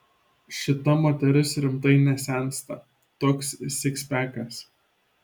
šita moteris rimtai nesensta toks sikspekas